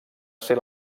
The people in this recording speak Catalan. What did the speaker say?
ser